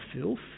filth